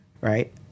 right